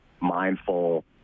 mindful